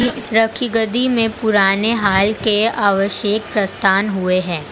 राखीगढ़ी में पुराने हल के अवशेष प्राप्त हुए हैं